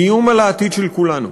איום על העתיד של כולנו,